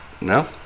No